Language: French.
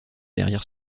derrière